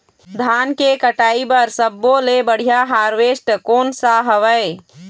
धान के कटाई बर सब्बो ले बढ़िया हारवेस्ट कोन सा हवए?